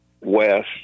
West